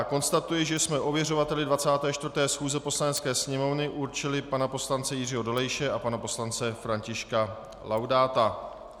Konstatuji, že jsme ověřovateli 24. schůze Poslanecké sněmovny určili pana poslance Jiřího Dolejše a pana poslance Františka Laudáta.